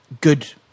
good